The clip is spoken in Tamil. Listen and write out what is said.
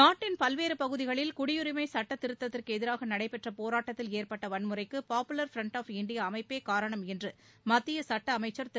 நாட்டின் பல்வேறு பகுதிகளில் குடியுரிமை சட்டத் திருத்தத்திற்கு எதிராக நடைபெற்ற போராட்டத்தில் ஏற்பட்ட வன்முறைக்கு பாப்புலர் ஃபிரண்ட் ஆப் இந்தியா அமைப்பே காரணம் என்று மத்திய சுட்ட அமைச்சர் திரு